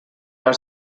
are